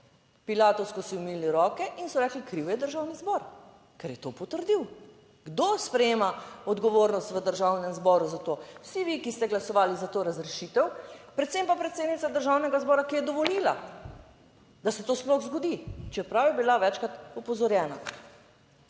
Pilatovsko, si umili roke in so rekli, kriv je Državni zbor, ker je to potrdil. Kdo sprejema odgovornost v Državnem zboru za to? Vsi vi, ki ste glasovali za to razrešitev, **23. TRAK: (TB) - 10.50** (nadaljevanje) predvsem pa predsednica Državnega zbora, ki je dovolila, da se to sploh zgodi, čeprav je bila večkrat opozorjena.